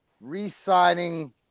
re-signing